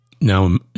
now